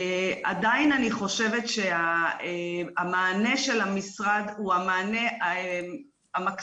עדיין אני חושבת שהמענה של המשרד הוא המענה המקסימלי